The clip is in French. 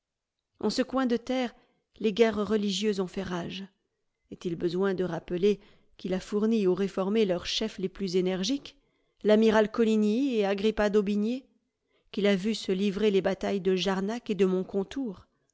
en ce coin de terre les guerres religieuses ont fait rage est-il besoin de rappeler qu'il a fourni aux réformés leurs chefs les plus énergiques l'amiral coligny et agrippa d'aubigné qu'il a vu se livrer les batailles de jarnac et de